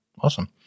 awesome